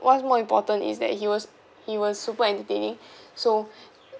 what's more important is that he was he was super entertaining so